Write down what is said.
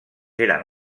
eren